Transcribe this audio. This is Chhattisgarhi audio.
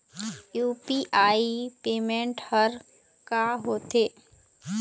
यू.पी.आई पेमेंट हर का होते?